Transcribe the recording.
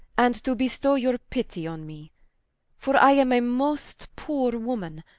and to bestow your pitty on me for i am a most poore woman,